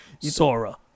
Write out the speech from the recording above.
Sora